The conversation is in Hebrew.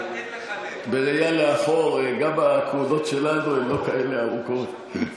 בראייה לאחור, גם הכהונות שלנו הן לא כאלה ארוכות.